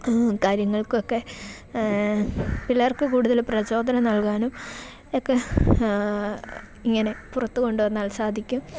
കാര്യങ്ങൾക്കൊക്കെ പിള്ളേർക്ക് കൂടുതൽ പ്രചോദനം നൽകാനും ഒക്കെ ഇങ്ങനെ പുറത്തു കൊണ്ടു വന്നാൽ സാധിക്കും